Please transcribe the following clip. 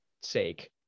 sake